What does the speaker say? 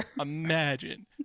Imagine